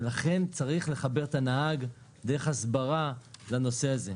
ולכן צריך לחבר את הנהג דרך הסברה לנושא הזה.